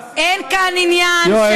אין כאן עניין, יואל.